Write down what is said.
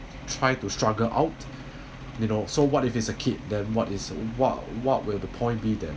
try to struggle out you know so what if is a kid then what is uh what what were the point be there